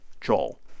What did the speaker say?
Joel